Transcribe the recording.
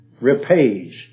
repays